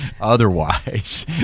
otherwise